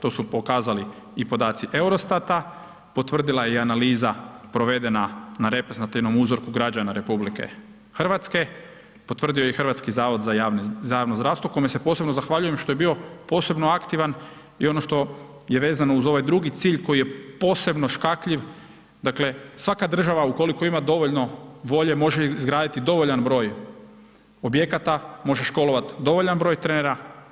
To su pokazali i podaci Eurostat-a, potvrdila je i analiza provedena na reprezentativnom uzorku građana RH, potvrdio je i Hrvatski zavod za javno zdravstvo, kome se posebno zahvaljujem što je bio posebno aktivan i ono što je vezano uz ovaj drugi cilj, koji je posebno škakljiv, dakle, svaka država ukoliko ima dovoljno volje, može izgraditi dovoljan broj objekata, može školovati dovoljan broj trenera.